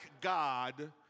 God